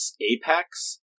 Apex